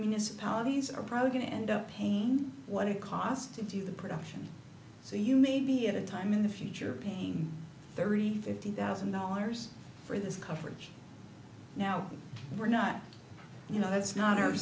municipalities are probably going to end up paying what it cost to do the production so you maybe at a time in the future pain thirty fifty thousand dollars for this coverage now we're not you know that's not our